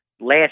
last